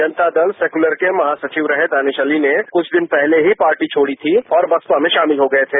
जनता Dal Secular के महासचिव रहे दानिश अली ने कुछ दिन पहले ही पार्टी छोड़ी थी और बसपा में शामिल हो गये थे